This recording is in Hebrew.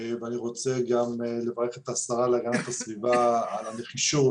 ואני רוצה גם לברך את השרה להגנת הסביבה על הנחישות,